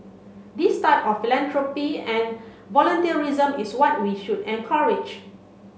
this type of philanthropy and volunteerism is what we should encourage